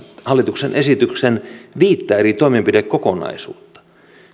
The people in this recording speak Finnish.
hallituksen esityksen viittä eri toimenpidekokonaisuutta